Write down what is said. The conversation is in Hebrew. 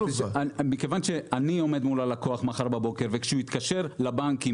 מכיוון שאני עומד מול הלקוח מחר בבוקר וכשהוא יתקשר לבנקים